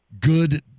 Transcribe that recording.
good